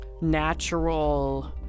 natural